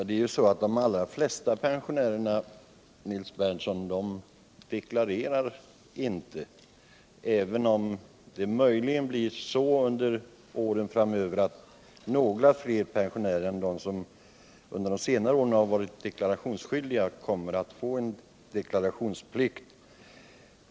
Herr talman! De flesta pensionärer behöver inte deklarera. Möjligen blir under de närmaste åren ett något större antal pensionärer deklarationsskyldiga än som varit fallet de senaste åren.